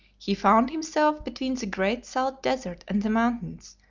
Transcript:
he found himself between the great salt desert and the mountains,